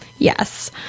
Yes